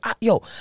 Yo